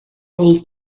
old